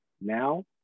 now